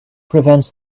prevents